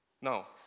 Now